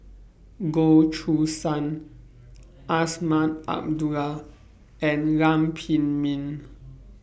Goh Choo San Azman Abdullah and Lam Pin Min